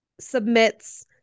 submits